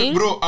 Bro